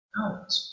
out